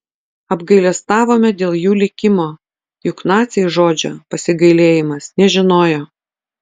apgailestavome dėl jų likimo juk naciai žodžio pasigailėjimas nežinojo